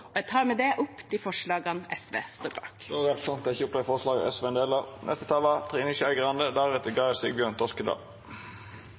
og yrkesopplæring. Jeg tar med det opp de forslagene SV står bak. Representanten Mona Fagerås har